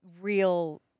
real